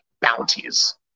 bounties